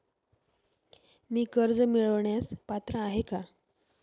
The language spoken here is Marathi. मी कर्ज मिळवण्यास पात्र आहे का?